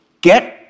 get